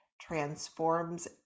transforms